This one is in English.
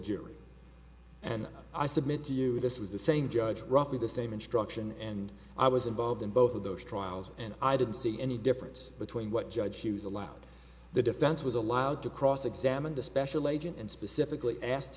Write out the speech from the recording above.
jury and i submit to you this was the same judge roughly the same instruction and i was involved in both of those trials and i didn't see any difference between what judge hughes allowed the defense was allowed to cross examine the special agent and specifically asked